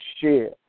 share